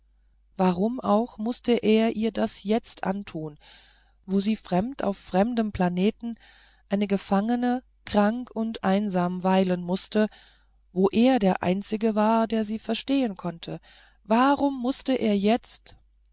warum auch mußte er ihr das jetzt antun wo sie fremd auf fremdem planeten eine gefangene krank und einsam weilen mußte wo er der einzige war der sie verstehen konnte warum mußte er jetzt